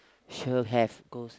sure have ghost